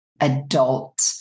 adult